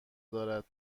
دارد